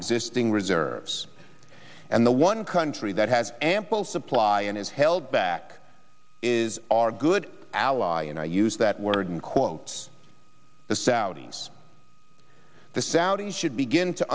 existing reserves and the one country that has ample supply and is held back is our good ally and i use that word in quotes the saudis the saudis should begin to